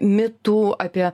mitų apie